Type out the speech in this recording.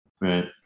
Right